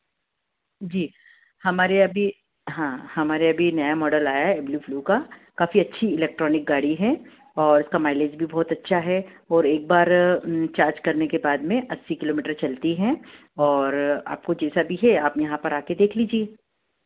जी हमारे अभी हाँ हमारे अभी नया मॉडल आया है ब्लू फ़्लू का काफ़ी अच्छी इलेक्ट्रॉनिक गाड़ी है और इसका माइलेज भी बहुत अच्छा है और एक बार चार्ज करने के बाद में अस्सी किलो मीटर चलती है और आपको जैसा भी है आप यहाँ पर आकर देख लीजिए